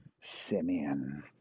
Simeon